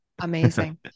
Amazing